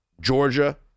Georgia